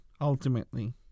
ultimately